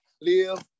live